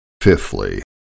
fifthly